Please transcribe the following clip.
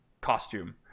costume